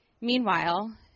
Meanwhile